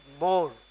more